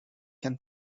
can